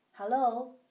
Hello